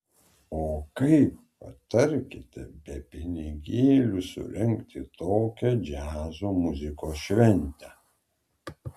o kaip patarkite be pinigėlių surengti tokią džiazo muzikos šventę